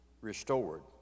restored